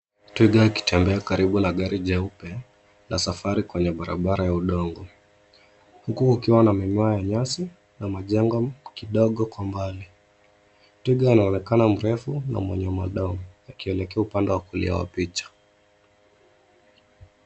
Twiga akitembea karibu na gari jeupe la safari kwenye barabara ya udongo, huku ukiwa na manyoa ya nyasi na majengo kidogo kwa mbali. Twiga anaonekana mrefu na mwenye madoa, akielekea upande wa kulia wa picha.